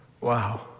Wow